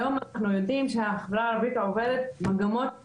היום אנחנו יודעים שהחברה הערבית עוברת מגמות שינוי,